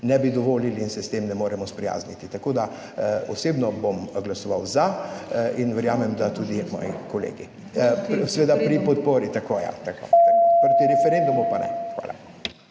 ne bi dovolili in se s tem ne moremo sprijazniti. Osebno bom glasoval za in verjamem, da tudi moji kolegi, seveda pri podpori in proti referendumu. Hvala.